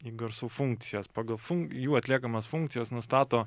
į garsų funkcijas pagal fun jų atliekamas funkcijas nustato